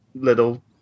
little